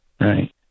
Right